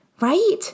Right